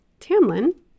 Tamlin